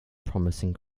promising